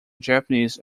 japanese